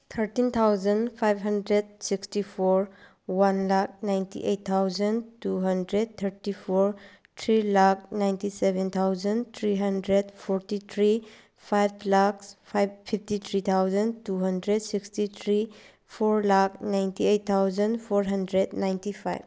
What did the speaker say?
thirteen thousand five hundred sixty four one lakh ninety eight thousand two hundred thirty four three lakh ninety seven thousand three hundred forty three five lakhs five fifty three thousand two hundred sixty three four lakh ninety eight thousand four hundred ninety five